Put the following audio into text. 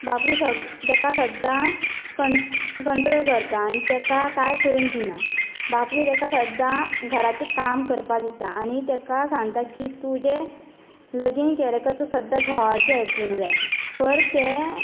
बापूय सदा तेका सद्दां कंट कंट्रॉल करता आनी तेका कांय करूंक दिना बापूय तेका सद्दां घराचें काम करपाक दिता आनी तेका सांगता कि तुजें लगीन केले की तूं सद्दां घोवाचें आयकूंक जाय पर तें